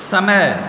समय